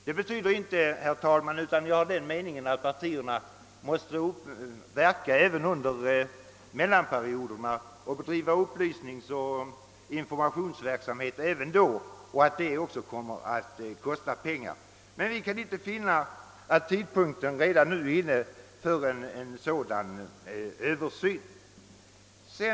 Jag menar inte, herr talman, att partierna inte måste verka även under mellanperioderna och bedriva upplysningsoch informationsverksamhet, som kostar pengar, men vi kan inte finna att tiden redan nu är inne för en sådan översyn som man begär.